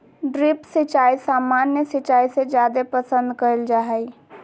drip सिंचाई सामान्य सिंचाई से जादे पसंद कईल जा हई